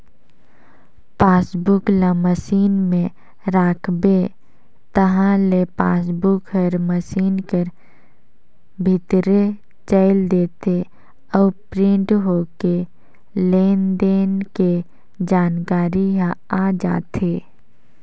passbook ल machine में राखबे ताहले पासबुक हर मसीन कर भीतरे चइल देथे अउ प्रिंट होके लेन देन के जानकारी ह आ जाथे